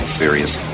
serious